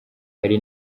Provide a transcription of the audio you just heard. ari